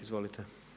Izvolite.